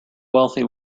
wealthy